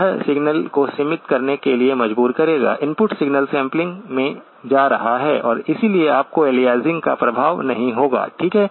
यह सिग्नलको सीमित करने के लिए मजबूर करेगा इनपुट सिग्नलसैंपलिंग में जा रहा है और इसलिए आपको एलियासिंग का प्रभाव नहीं होगा ठीक है